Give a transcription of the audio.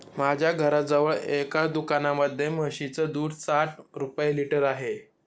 माझ्या घराजवळ एका दुकानामध्ये म्हशीचं दूध साठ रुपये लिटर आहे